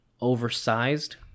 oversized